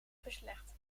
beslecht